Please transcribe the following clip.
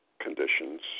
conditions